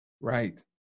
Right